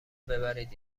ببرید